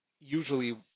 usually